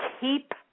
keep